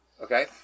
Okay